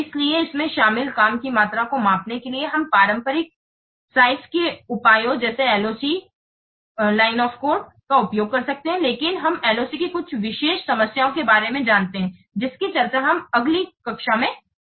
इसलिए इसमें शामिल काम की मात्रा को मापने के लिए हम पारंपरिक आकार के उपायों जैसे LOC कोड की लाइनें का उपयोग कर सकते हैं लेकिन हम LOC की कुछ विशेष समस्याओं के बारे में जानते हैं जिनकी चर्चा हम अगली कक्षा में करेंगे